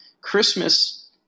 Christmas